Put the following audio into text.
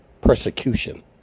persecution